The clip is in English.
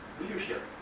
leadership